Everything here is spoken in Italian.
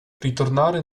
ritornare